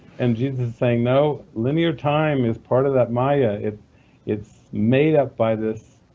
and jesus is saying, no, linear time is part of that maya, it's it's made up by this